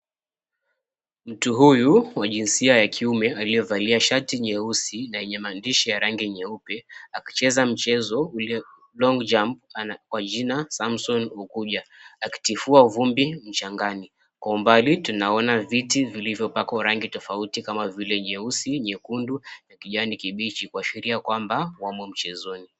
Mtu huyu wa jinsia ya kiume, aliyevalia shati nyeusi na yenye maandishi ya rangi nyeupe, akicheza mchezo, [𝑐𝑠]Long 𝑗𝑢𝑚𝑝[𝑐𝑠], kwa jina Samson Unguja, akitifua vumbi mchangani. Kwa umbali tunaona viti vilivyopakwa rangi tofauti kama vile jeusi, nyekundu na kijani kibichi kuashiria kwamba wamo mchezoni.